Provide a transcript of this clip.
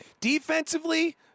Defensively